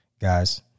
guys